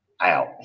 out